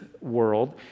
world